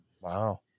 wow